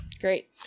Great